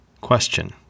Question